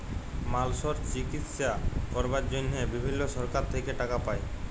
মালসর চিকিশসা ক্যরবার জনহে বিভিল্ল্য সরকার থেক্যে টাকা পায়